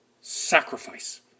Sacrifice